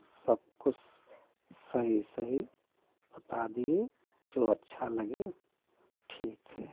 सब कुछ सही सही बता दिए जो अच्छा लगे ठीक है